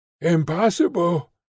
Impossible